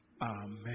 Amen